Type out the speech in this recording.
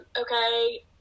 okay